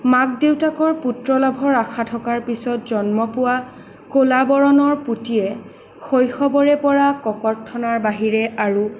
মাক দেউতাকৰ পুত্ৰ লাভৰ আশা থকাৰ পিছত জন্ম পোৱা ক'লা বৰণৰ পুতিয়ে শৈশৱৰে পৰা ককৰ্থনাৰ বাহিৰে আৰু